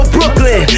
Brooklyn